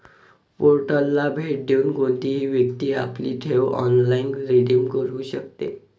पोर्टलला भेट देऊन कोणतीही व्यक्ती आपली ठेव ऑनलाइन रिडीम करू शकते